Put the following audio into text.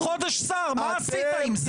אתה חודש שר, מה עשית עם זה?